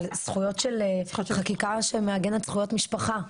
על חקיקה שמעגנת זכויות משפחה.